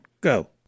Go